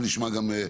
זניח.